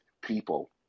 people